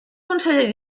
conseller